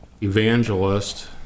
evangelist